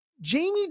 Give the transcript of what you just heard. Jamie